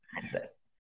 Kansas